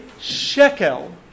shekel